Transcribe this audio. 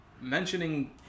mentioning